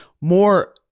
more